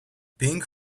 pink